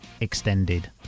Extended